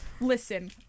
Listen